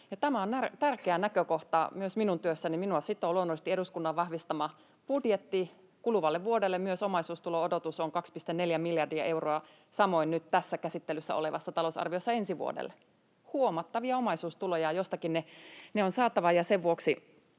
tämä on tärkeä näkökohta myös minun työssäni. Minua sitoo luonnollisesti eduskunnan vahvistama budjetti kuluvalle vuodelle. Myös omaisuustulo-odotus on 2,4 miljardia euroa, samoin nyt tässä käsittelyssä olevassa talousarviossa ensi vuodelle. Ne ovat huomattavia omaisuustuloja, ja jostakin ne on saatava,